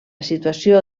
situació